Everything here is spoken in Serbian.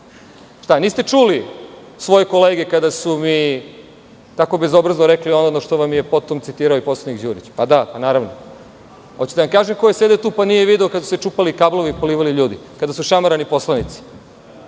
Niste čuli svoje kolege kada su mi tako bezobrazno rekli ono što vam je potom citirao i poslanik Đurić? Pa da, pa naravno. Hoćete da vam kažem ko je sedeo tu pa nije video kada su se čupali kablovi i polivali ljudi, kada su šamarani poslanici?